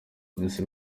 miss